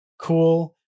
Cool